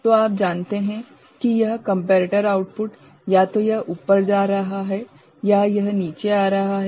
तो आप जानते हैं कि यह कम्पेरेटर आउटपुट या तो यह ऊपर जा रहा है या यह नीचे आ रहा है